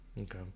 okay